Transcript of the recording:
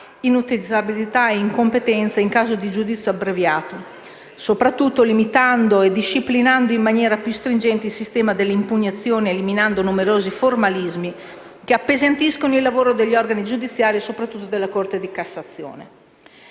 inutilizzabilità o incompetenza, in caso di giudizio abbreviato; soprattutto, limitando e disciplinando in maniera più stringente il sistema delle impugnazioni, eliminando numerosi formalismi che appesantiscono il lavoro degli organi giudiziari e, soprattutto, della Corte di cassazione.